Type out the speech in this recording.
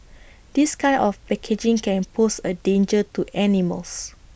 this kind of packaging can pose A danger to animals